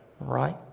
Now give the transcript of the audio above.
right